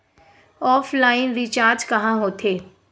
Offline recharge कहां होथे?